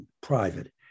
private